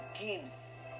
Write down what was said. gives